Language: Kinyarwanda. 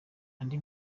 andi